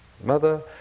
mother